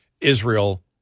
Israel